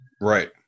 Right